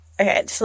Okay